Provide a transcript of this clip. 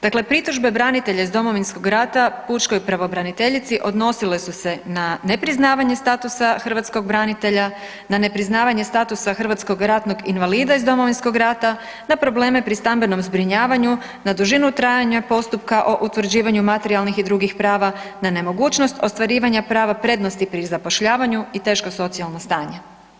Dakle, pritužbe branitelja iz Domovinskog rata pučkoj pravobraniteljici odnosile su se na nepriznavanje statusa hrvatskog branitelja, na nepriznavanje statusa hrvatskog ratnog invalida iz Domovinskog rata, na probleme pri stambenom zbrinjavanju, na dužinu trajanja postupka o utvrđivanju materijalnih i drugih prava, na nemogućnost ostvarivanja prava prednosti pri zapošljavanju i teško socijalno stanje.